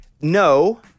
no